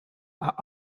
are